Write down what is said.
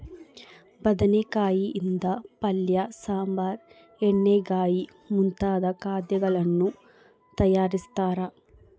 ಬದನೆಕಾಯಿ ಯಿಂದ ಪಲ್ಯ ಸಾಂಬಾರ್ ಎಣ್ಣೆಗಾಯಿ ಮುಂತಾದ ಖಾದ್ಯಗಳನ್ನು ತಯಾರಿಸ್ತಾರ